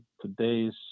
today's